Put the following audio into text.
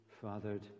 fathered